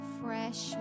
fresh